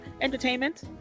entertainment